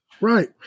right